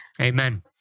Amen